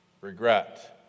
regret